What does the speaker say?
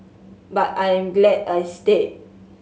but I am glad I stayed